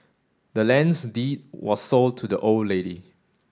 the land's deed was sold to the old lady